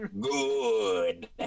Good